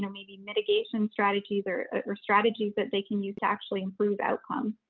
maybe mitigation strategies or or strategies that they can use to actually improve outcome?